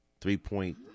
three-point